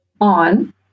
on